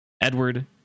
Edward